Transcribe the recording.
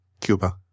Cuba